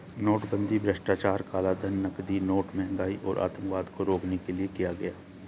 नोटबंदी भ्रष्टाचार, कालाधन, नकली नोट, महंगाई और आतंकवाद को रोकने के लिए किया गया